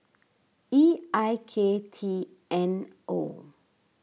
E I K T N O